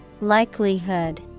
Likelihood